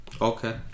Okay